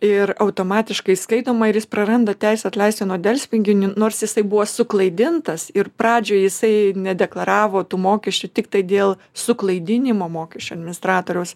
ir automatiškai įskaitoma ir jis praranda teisę atleisti nuo delspinigių nors jisai buvo suklaidintas ir pradžioj jisai nedeklaravo tų mokesčių tiktai dėl suklaidinimo mokesčių administratoriaus